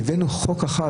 חוק אחד